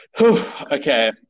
Okay